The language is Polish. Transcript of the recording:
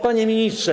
Panie Ministrze!